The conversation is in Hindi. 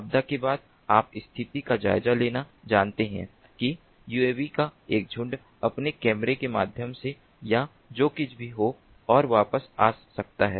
आपदा के बाद आप स्थिति का जायजा लेना जानते हैं कि यूएवी का एक झुंड अपने कैमरे के माध्यम से या जो कुछ भी हो और वापस आ सकता है